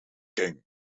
king